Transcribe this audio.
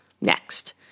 Next